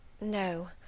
No